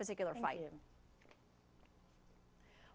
particular fight